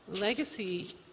Legacy